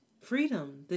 freedom